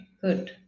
good